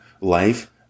life